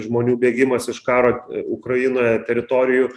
žmonių bėgimas iš karo ukrainoje teritorijų